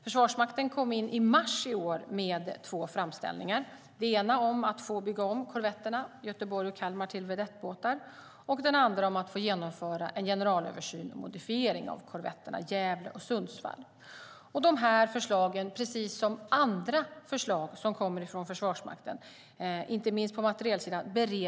Försvarsmakten inkom med två framställningar i mars i år, den ena om att få bygga om korvetterna Göteborg och Kalmar till vedettbåtar, den andra om att få genomföra en generalöversyn och modifiering av korvetterna Gävle och Sundsvall. Dessa förslag bereds i Regeringskansliet, precis som andra förslag som kommer från Försvarsmakten, inte minst på materielsidan.